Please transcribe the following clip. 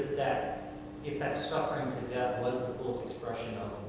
that if that suffering to death was the fullest expression